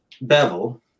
bevel